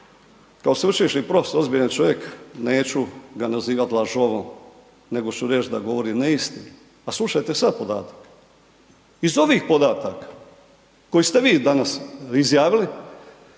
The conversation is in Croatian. Kao sveučilišni profesor, ozbiljan čovjek, neću ga nazivati lažovom, nego ću reći da govori neistinu. Pa slušajte sada podatak. Iz ovih podataka koji ste vi danas izjavili,